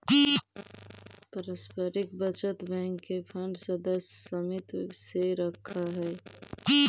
पारस्परिक बचत बैंक के फंड सदस्य समित्व से रखऽ हइ